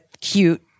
cute